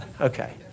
okay